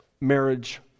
marriage